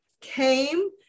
came